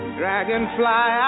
dragonfly